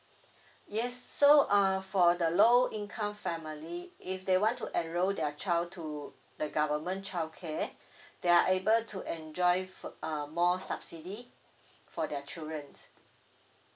yes so uh for the low income family if they want to enroll their child to the government childcare they are able to enjoy fo~ um more subsidy for their children